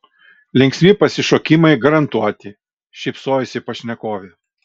linksmi pasišokimai garantuoti šypsojosi pašnekovė